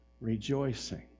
rejoicing